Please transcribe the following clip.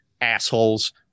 assholes